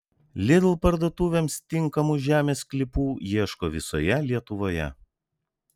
lidl parduotuvėms tinkamų žemės sklypų ieško visoje lietuvoje